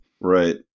Right